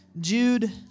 Jude